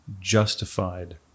justified